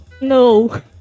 No